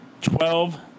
twelve